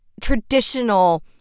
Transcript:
traditional